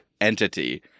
entity